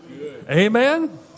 Amen